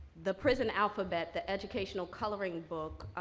the present alphabet, the educational coloring book,